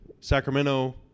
Sacramento